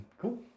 Cool